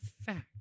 fact